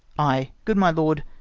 ay, good my lord,